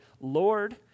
Lord